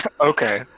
Okay